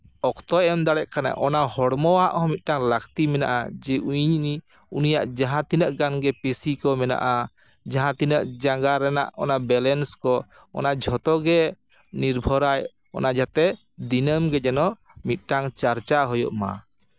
ᱚᱠᱛᱚᱭ ᱮᱢ ᱫᱟᱲᱮᱜ ᱠᱟᱱᱟ ᱚᱱᱟ ᱦᱚᱲᱢᱚᱟᱜ ᱦᱚᱸ ᱢᱤᱫᱴᱟᱝ ᱞᱟᱹᱠᱛᱤ ᱢᱮᱱᱟᱜᱼᱟ ᱡᱮ ᱤᱧ ᱩᱱᱤᱭᱟᱜ ᱡᱟᱦᱟᱸ ᱛᱤᱱᱟᱜ ᱜᱟᱱᱜᱮ ᱯᱤᱥᱤ ᱠᱚ ᱢᱮᱱᱟᱜᱼᱟ ᱡᱟᱦᱟᱸ ᱛᱤᱱᱟᱹᱜ ᱡᱟᱝᱜᱟ ᱨᱮᱱᱟᱜ ᱚᱱᱟ ᱵᱮᱞᱮᱱᱥ ᱠᱚ ᱚᱱᱟ ᱡᱷᱚᱛᱚ ᱜᱮ ᱱᱤᱨᱵᱷᱚᱨ ᱟᱭ ᱚᱱᱟ ᱡᱟᱛᱮ ᱫᱤᱱᱟᱢ ᱜᱮ ᱡᱮᱱᱚ ᱢᱤᱫᱴᱟᱝ ᱪᱟᱨᱪᱟᱣ ᱦᱩᱭᱩᱜᱼᱢᱟ